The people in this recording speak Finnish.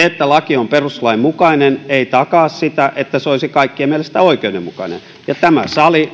että laki on perustuslain mukainen ei takaa sitä että se olisi kaikkien mielestä oikeudenmukainen ja tämä sali